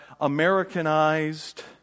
Americanized